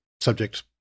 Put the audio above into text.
subject